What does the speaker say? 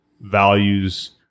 values